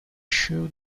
shoe